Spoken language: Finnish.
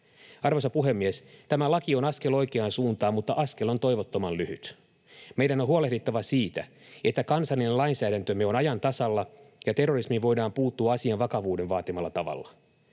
Arvoisa puhemies! Tämä laki on askel oikeaan suuntaan, mutta askel on toivottoman lyhyt. Meidän on huolehdittava siitä, että kansallinen lainsäädäntömme on ajan tasalla ja terrorismiin voidaan puuttua asian vakavuuden vaatimalla tavalla.